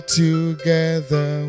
together